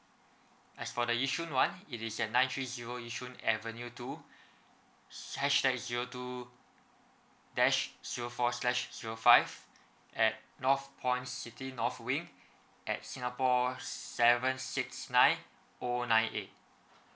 as for the yishun one it is at nine three zero yishun avenue two hasthtag zero two dash zero four slash zero five at northpoint city north wing at singapore seven six nine o nine eight